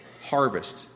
harvest